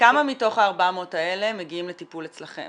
כמה מתוך ה-400 האלה מגיעים לטיפול אצלכם?